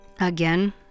Again